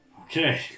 Okay